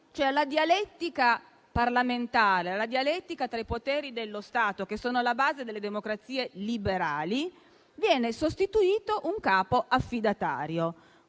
Alla dialettica parlamentare e alla dialettica tra i poteri dello Stato che sono alla base delle democrazie liberali viene sostituito un capo affidatario,